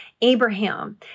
Abraham